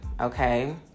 okay